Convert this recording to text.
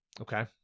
Okay